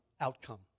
outcome